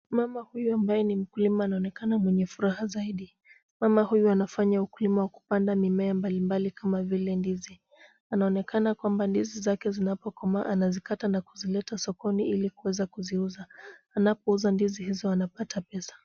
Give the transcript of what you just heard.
Mama huyu ambaye ni mkulima anaoneka mwenye furaha zaidi. Mama huyu anafanya ukulima wa kupanda mimea mbali mbali kama vile ndizi. Anaonekana kwamba ndizi zake zinapokomaa anazikata na kuzileta sokoni ili na kuweza kuziuza, anapouza ndizi hizo anapata pesa.